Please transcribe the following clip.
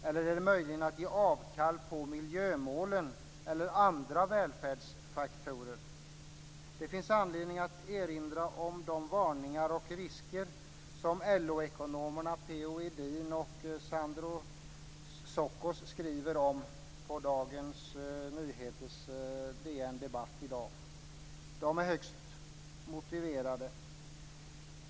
Eller är det möjligen så att man ska ge avkall på miljömålen eller andra välfärdsfaktorer? Det finns anledning att erinra om de varningar och risker som LO-ekonomerna P-O Edin och Sandro Scocco skriver om på DN Debatt i dag. Det är högst motiverat.